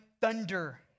thunder